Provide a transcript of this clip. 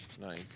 Nice